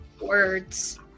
words